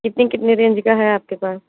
कितने कितने रेंज का है आपके पास